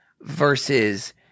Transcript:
versus